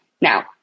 Now